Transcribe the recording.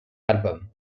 album